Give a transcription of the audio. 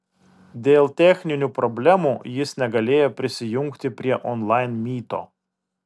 dėl techninių problemų jis negalėjo prisijungti prie onlain myto